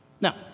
Now